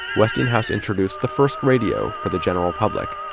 westinghouse introduced the first radio for the general public,